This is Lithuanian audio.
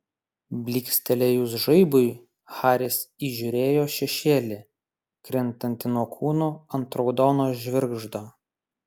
blykstelėjus žaibui haris įžiūrėjo šešėlį krintantį nuo kūnų ant raudono žvirgždo